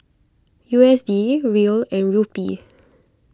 U S D Riel and Rupee